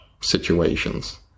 situations